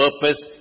purpose